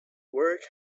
work